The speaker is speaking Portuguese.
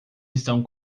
estão